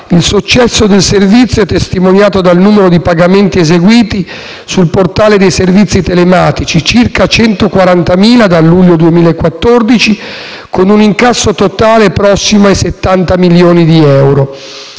Il successo del servizio è testimoniato dal numero di pagamenti eseguiti sul portale dei servizi telematici, circa 340.000 dal luglio 2014, con un incasso totale prossimo ai 70 milioni di euro.